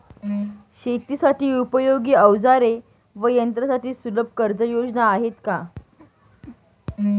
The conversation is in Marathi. शेतीसाठी उपयोगी औजारे व यंत्रासाठी सुलभ कर्जयोजना आहेत का?